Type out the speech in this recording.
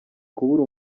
kubura